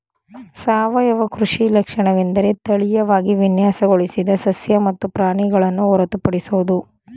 ಸಾವಯವ ಕೃಷಿ ಲಕ್ಷಣವೆಂದರೆ ತಳೀಯವಾಗಿ ವಿನ್ಯಾಸಗೊಳಿಸಿದ ಸಸ್ಯ ಮತ್ತು ಪ್ರಾಣಿಗಳನ್ನು ಹೊರತುಪಡಿಸೋದು